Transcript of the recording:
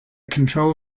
control